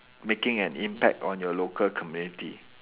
making an impact on your local community